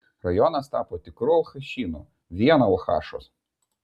rajonas tapo tikru alchašynu vien alchašos